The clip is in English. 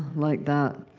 like that.